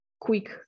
quick